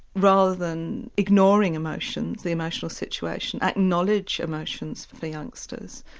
rather than ignoring emotions, the emotional situation, acknowledge emotions for the youngsters,